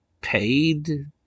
paid